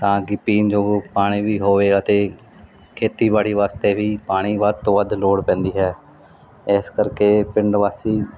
ਤਾਂ ਕਿ ਪੀਣਯੋੋਗ ਉਹ ਪਾਣੀ ਵੀ ਹੋਵੇ ਅਤੇ ਖੇਤੀਬਾੜੀ ਵਾਸਤੇ ਵੀ ਪਾਣੀ ਵੱਧ ਤੋਂ ਵੱਧ ਲੋੜ ਪੈਂਦੀ ਹੈ ਇਸ ਕਰਕੇ ਪਿੰਡ ਵਾਸੀ